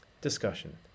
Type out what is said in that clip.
Discussion